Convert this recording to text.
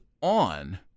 on